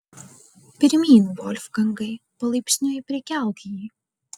pirmyn volfgangai palaipsniui prikelk jį